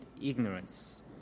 ignorance